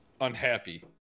unhappy